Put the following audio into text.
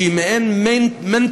שהיא מעין מנטורית,